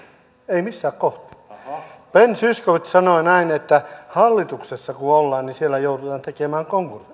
ei missään kohtaa ben zyskowicz sanoi näin että hallituksessa kun ollaan niin siellä joudutaan tekemään